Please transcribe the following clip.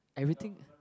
everything